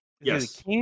Yes